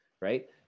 right